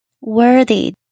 worthy